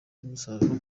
cy’umusaruro